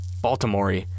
Baltimore